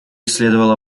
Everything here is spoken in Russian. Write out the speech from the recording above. следовало